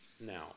Now